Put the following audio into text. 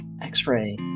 x-ray